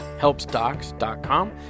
Helpsdocs.com